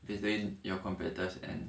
between your competitors and